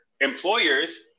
employers